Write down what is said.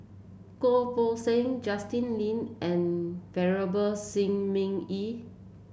Goh Poh Seng Justin Lean and Venerable Shi Ming Yi